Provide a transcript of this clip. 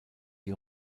die